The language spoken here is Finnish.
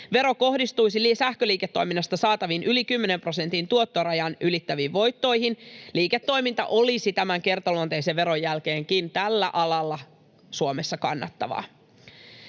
Vero kohdistuisi sähköliiketoiminnasta saataviin yli kymmenen prosentin tuottorajan ylittäviin voittoihin. Liiketoiminta olisi tämän kertaluonteisen veron jälkeenkin tällä alalla Suomessa kannattavaa.